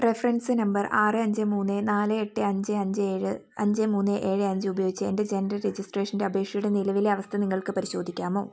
reference number ആറ് ആഞ്ച് മൂന്ന് നാല് എട്ട് അഞ്ച് അഞ്ച് ഏഴ് അഞ്ച് മൂന്ന് ഏഴ് അഞ്ച് ഉപയോഗിച്ച് എൻ്റെ ജനന രജിസ്ട്രേഷൻ്റെ അപേക്ഷയുടെ നിലവിലെ അവസ്ഥ നിങ്ങൾക്ക് പരിശോധിക്കാമോ